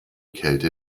kälte